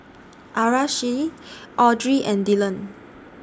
Aracely Audry and Dillion